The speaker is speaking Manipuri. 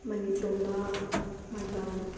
ꯃꯅꯤꯇꯣꯝꯕ ꯃꯥꯏꯕꯝ